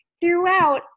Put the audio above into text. throughout